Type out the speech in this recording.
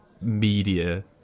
media